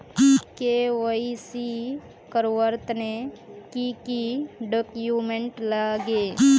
KYC करवार तने की की डॉक्यूमेंट लागे?